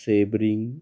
Sebring